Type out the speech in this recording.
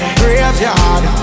graveyard